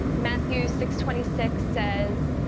matthew six twenty six says,